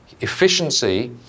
efficiency